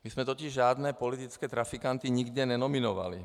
My jsme totiž žádné politické trafikanty nikde nenominovali.